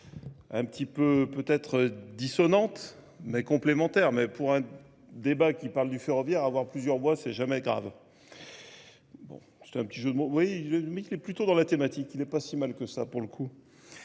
un petit peu peut-être dissonante, mais complémentaire. Mais pour un débat qui parle du ferroviaire, avoir plusieurs voix, c'est jamais grave. C'est un petit jeu de mots. Oui, mais il est plutôt dans la thématique. Il n'est pas si mal que ça, pour le coup.